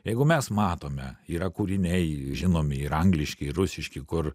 jeigu mes matome yra kūriniai žinomi ir angliški rusiški kur